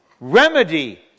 remedy